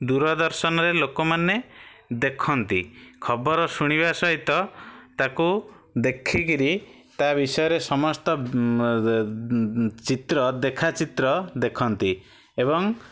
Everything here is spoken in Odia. ଦୂରଦର୍ଶନରେ ଲୋକମାନେ ଦେଖନ୍ତି ଖବର ଶୁଣିବା ସହିତ ତାକୁ ଦେଖିକିରି ତା ବିଷୟରେ ସମସ୍ତ ଚିତ୍ର ଦେଖା ଚିତ୍ର ଦେଖନ୍ତି ଏବଂ